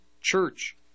church